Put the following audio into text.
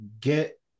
get